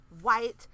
White